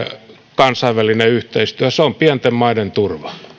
kansainvälinen yhteistyö se on pienten maiden turva